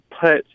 put